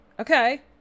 Okay